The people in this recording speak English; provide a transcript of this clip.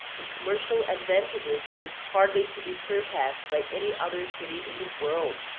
in commercial advantages it is hardly to be surpassed by any other city in the world,